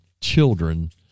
children